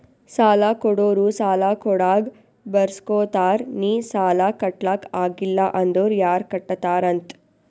ಸಾಲಾ ಕೊಡೋರು ಸಾಲಾ ಕೊಡಾಗ್ ಬರ್ಸ್ಗೊತ್ತಾರ್ ನಿ ಸಾಲಾ ಕಟ್ಲಾಕ್ ಆಗಿಲ್ಲ ಅಂದುರ್ ಯಾರ್ ಕಟ್ಟತ್ತಾರ್ ಅಂತ್